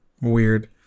weird